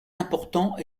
important